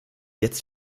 jetzt